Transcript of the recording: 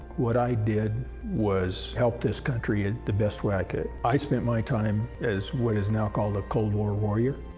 what i did was help this country ah the best way i could. i spent my time as, what is now called, a cold war warrior.